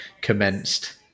commenced